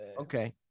okay